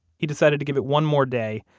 he decided to give it one more day,